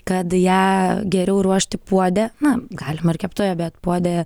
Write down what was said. kad ją geriau ruošti puode na galima ir keptuvėje bet puode